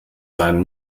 sein